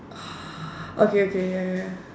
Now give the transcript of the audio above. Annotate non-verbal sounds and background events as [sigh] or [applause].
[breath] okay okay wait wait wait wait